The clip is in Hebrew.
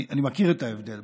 אני מכיר את ההבדל,